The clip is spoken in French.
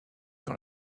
dans